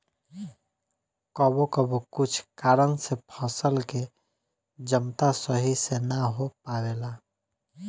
कबो कबो कुछ कारन से फसल के जमता सही से ना हो पावेला